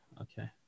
okay